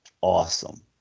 awesome